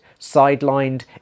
sidelined